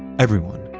everyone,